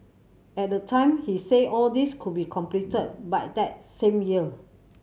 at the time he said all these could be completed by that same year